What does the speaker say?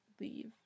leave